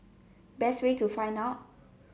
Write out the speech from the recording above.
best way to find out